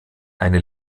eine